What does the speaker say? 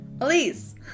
Elise